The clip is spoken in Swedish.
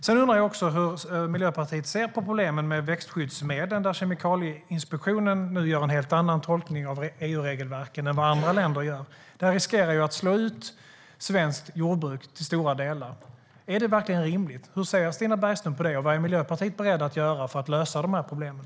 Jag undrar också hur Miljöpartiet ser på problemen med växtskyddsmedel. Kemikalieinspektionen gör nu en helt annan tolkning av EU-regelverken än vad andra länder gör. Det här riskerar att slå ut svenskt jordbruk till stora delar. Är det verkligen rimligt? Hur ser Stina Bergström på det, och vad är man från Miljöpartiet beredd att göra för att lösa de här problemen?